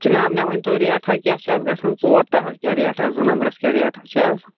جناب مےٚ ؤنۍتَو ریٹھاہ کیٛاہ چھِ اَز گژھان ژور ترٛےٚ حظ کیٛاہ ریٹھاہ زٕ نمبرس کیٛاہ ریٹھاہ چھِ اَز